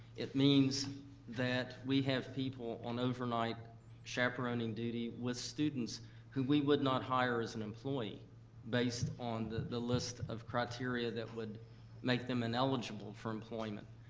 it means that we have people on overnight chaperoning duty with students who we would not hire as an employee based on the the list of criteria that would make them ineligible for employment.